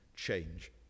Change